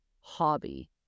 hobby